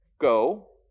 go